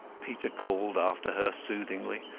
peter called after her soothingly.